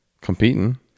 competing